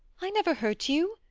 i never hurt you.